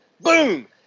Boom